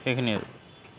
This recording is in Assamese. সেইখিনিয়ে আৰু